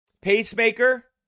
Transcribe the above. pacemaker